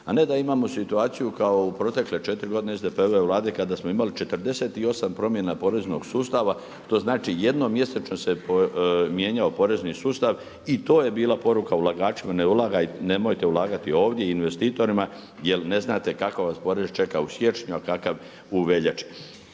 a ne da imamo situaciju kao u protekle 4 godine SDP-ove vlade kada smo imali 48 promjena poreznog sustava, to znači jednom mjesečno se mijenjao porezni sustav i to je bila poruka ulagačima nemojte ulagati ovdje i investitorima jer ne znate kakav vas porez čeka u siječnju, a kakav u veljači.